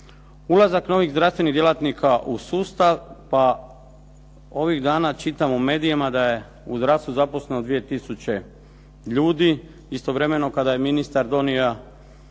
Ulazak novih zdravstvenih djelatnika u sustav, pa ovih dana čitam u medijima da je u zdravstvu zaposleno 2 tisuće ljudi. Istovremeno kada je ministar donio